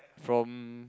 from